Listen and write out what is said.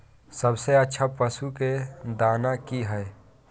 सबसे अच्छा पशु के दाना की हय?